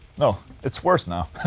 no, it's worse now